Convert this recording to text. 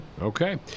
Okay